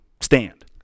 stand